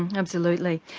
and absolutely,